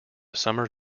summer